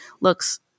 looks